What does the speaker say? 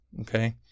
okay